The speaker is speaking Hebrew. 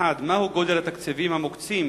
1. מהו גודל התקציבים המוקצים